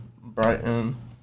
Brighton